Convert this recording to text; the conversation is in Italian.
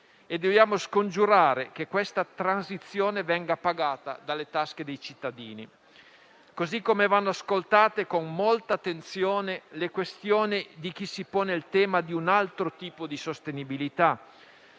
Dobbiamo altresì scongiurare che questa transizione venga pagata di propria tasca dai cittadini. Così come vanno ascoltate con molta attenzione le questioni di chi si pone il tema di un altro tipo di sostenibilità,